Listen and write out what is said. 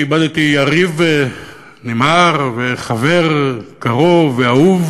כי איבדתי יריב מר וחבר קרוב ואהוב,